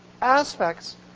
aspects